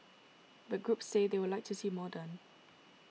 but groups say they would like to see more done